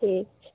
ठीक